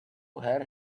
hear